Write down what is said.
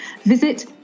visit